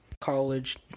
college